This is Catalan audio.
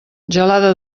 gelada